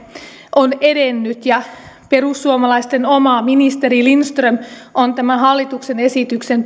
on edennyt ja perussuomalaisten oma ministeri lindström on tämän hallituksen esityksen